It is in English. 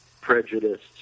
prejudiced